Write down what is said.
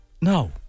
No